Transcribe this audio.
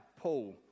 Paul